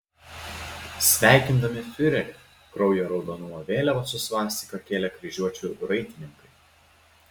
sveikindami fiurerį kraujo raudonumo vėliavas su svastika kėlė kryžiuočių raitininkai